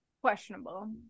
questionable